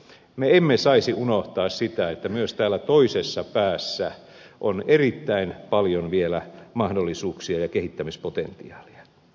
me emme saisi unohtaa sitä että myös täällä toisessa päässä on erittäin paljon vielä mahdollisuuksia ja kehittämispotentiaalia